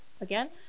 again